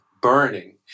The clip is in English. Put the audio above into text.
burning